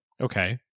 okay